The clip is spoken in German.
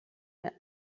mehr